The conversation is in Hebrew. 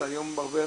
היום הרבה אנשים,